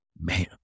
Man